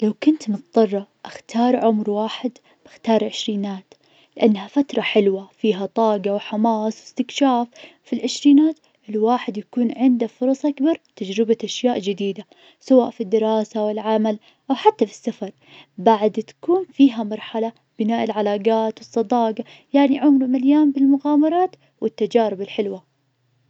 لو كنت مضطرة اختار عمر واحد, اختار العشرينات, لأنها فترة حلوة, فيها طاقة وحماس استكشاف, في العشرينات الواحد يكون عنده فرص أكبر, تجربة أشياء جديدة, سواء في الدراسة أو العمل أو حتى في السفر, بعد تكون فيها مرحلة بناء العلاقات, الصداقة, يعني عمر مليان بالمغامرات والتجارب الحلوة.